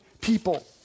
people